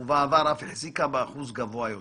ובעבר אף החזיקה באחוז גבוה יותר,